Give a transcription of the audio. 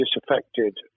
disaffected